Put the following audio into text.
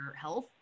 health